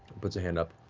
puts a hand up.